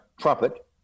trumpet